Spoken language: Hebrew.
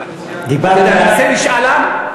נעשה משאל עם?